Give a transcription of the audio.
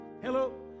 Hello